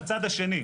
לצד השני.